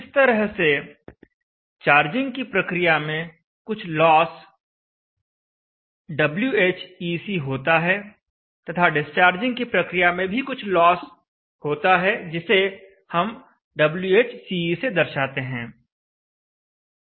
इस तरह से चार्जिंग की प्रक्रिया में कुछ लॉस Whec होता है तथा डिस्चार्जिंग की प्रक्रिया में भी कुछ लॉस जिसे हम Whce से दर्शाते हैं होता है